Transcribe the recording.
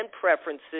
preferences